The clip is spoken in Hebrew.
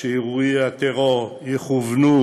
שאירועי הטרור יכוונו